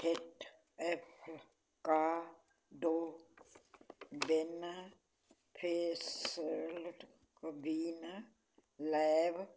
hit F ਕਾ ਡੋਵਿਨ ਫੇਸਲ ਕਵੀਨ ਲੈਬ